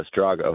Drago